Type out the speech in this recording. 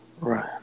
right